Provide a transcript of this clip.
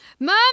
Mom